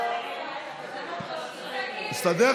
הסתייגות